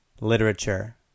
literature